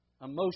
emotion